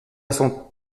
son